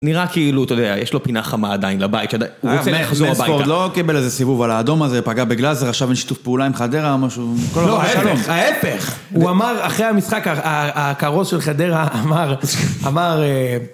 נראה כאילו, אתה יודע, יש לו פינה חמה עדיין לבית, הוא רוצה לחזור הביתה. ספורט לא קיבל איזה סיבוב על האדום הזה, פגע בגלאזר, עכשיו אין שיתוף פעולה עם חדרה, משהו... לא, ההפך, ההפך! הוא אמר אחרי המשחק, הקרוז של חדרה אמר, אמר...